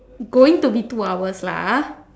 going to be two hours lah ah